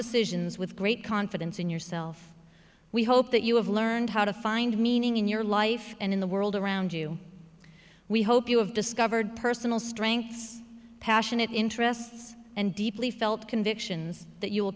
decisions with great confidence in yourself we hope that you have learned how to find meaning in your life and in the world around you we hope you have discovered personal strengths passionate interests and deeply felt convictions that you will